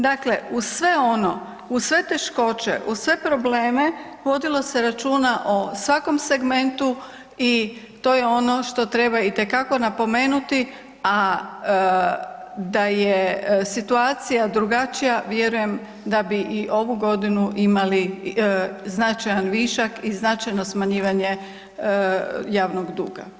Dakle, uz sve ono, uz sve teškoće, uz sve probleme, vodilo se računa o svakom segmentu i to je ono što treba itekako napomenuti, a da je situacija drugačija vjerujem da bi i ovu godinu imali značajan višak i značajno smanjivanje javnog duga.